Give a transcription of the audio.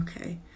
okay